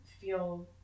feel